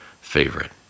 favorite